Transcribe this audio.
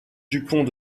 dupont